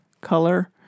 color